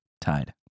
Tide